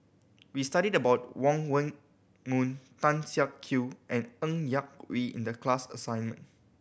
we studied about Wong Meng Voon Tan Siak Kew and Ng Yak Whee in the class assignment